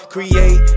Create